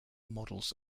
models